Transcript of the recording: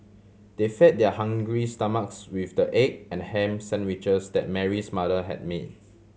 they fed their hungry stomachs with the egg and ham sandwiches that Mary's mother had made